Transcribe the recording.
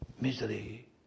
misery